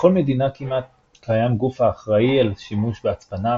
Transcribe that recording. בכל מדינה כמעט קיים גוף האחראי על השימוש בהצפנה,